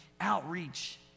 outreach